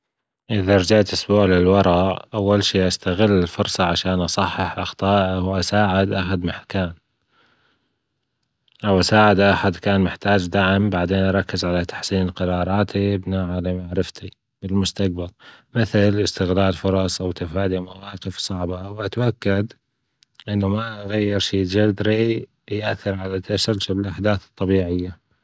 أذا ررجعت أسبوع للوراة أول شئ أستغل الفرصة علشان أصحح أخطائى أو أساعد أى حد محتا- أو أساعد أى حد كان محتاج دعم بعدين أركز على تحسين قراراتى بناء علي معرفتي بالمستقبل مثل أسغلال فرص أو تفادي مواقف صعبة وأتأكد أن ما أغير شئ جذري يؤثر على تسلسل الاحداث الطبيعية